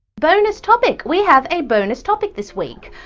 bonus topic! we have a bonus topic this week.